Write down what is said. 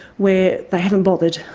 where they haven't bothered.